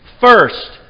first